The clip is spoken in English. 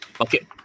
okay